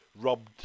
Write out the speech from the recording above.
robbed